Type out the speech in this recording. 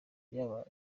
byabaye